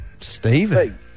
Stephen